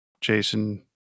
Jason